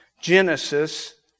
Genesis